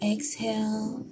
Exhale